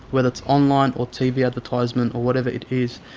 whether it's online or tv advertisement or whatever it is,